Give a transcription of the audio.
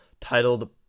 titled